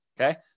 Okay